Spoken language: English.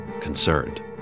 Concerned